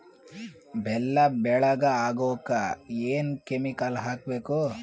ಬೆಲ್ಲ ಬೆಳಗ ಆಗೋಕ ಏನ್ ಕೆಮಿಕಲ್ ಹಾಕ್ಬೇಕು?